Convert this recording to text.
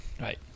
Right